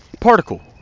Particle